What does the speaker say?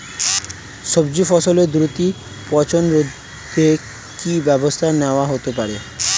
সবজি ফসলের দ্রুত পচন রোধে কি ব্যবস্থা নেয়া হতে পারে?